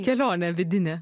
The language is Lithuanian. kelionė vidinė